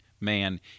man